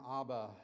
Abba